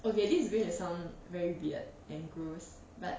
okay this is going to sound very weird and gross but